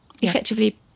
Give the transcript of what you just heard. effectively